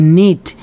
need